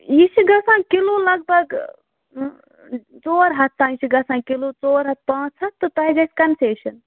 یہِ چھِ گََژھان کِلوٗ لگ بگ ژور ہَتھ تانۍ چھِ گَژھان کِلوٗ ژور ہَتھ پانٛژھ ہَتھ تہٕ تۄہہِ گَژھِ کَنسیشَن